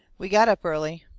we got up early,